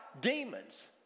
demons